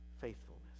faithfulness